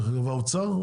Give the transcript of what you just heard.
האוצר?